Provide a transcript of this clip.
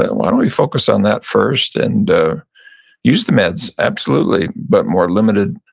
ah why don't we focus on that first and use the meds, absolutely, but more limited,